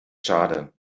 schade